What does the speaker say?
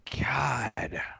God